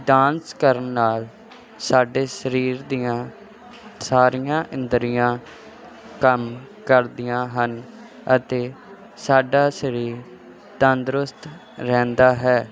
dance ਕਰਨ ਨਾਲ ਸਾਡੇ ਸਰੀਰ ਦੀਆਂ ਸਾਰੀਆਂ ਇੰਦਰੀਆਂ ਕੰਮ ਕਰਦੀਆਂ ਹਨ ਅਤੇ ਸਾਡਾ ਸਰੀਰ ਤੰਦਰੁਸਤ ਰਹਿੰਦਾ ਹੈ